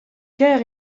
kaer